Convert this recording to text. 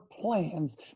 plans